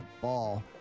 ball